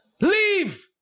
Leave